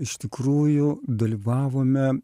iš tikrųjų dalyvavome